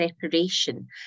separation